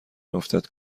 افتد